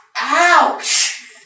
Ouch